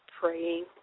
Praying